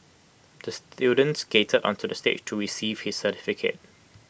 the student skated onto the stage to receive his certificate